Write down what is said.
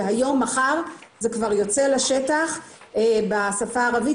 והיום או מחר זה כבר יוצא לשטח בשפה הערבית.